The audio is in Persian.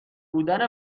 بودن